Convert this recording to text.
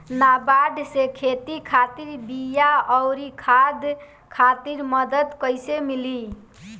नाबार्ड से खेती खातिर बीया आउर खाद खातिर मदद कइसे मिली?